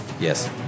Yes